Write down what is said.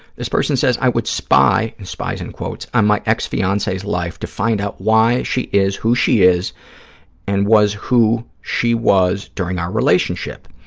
this person says, i would spy, and spy is in quotes, on my ex-fiancee's life to find out why she is who she is and was who she was during our relationship.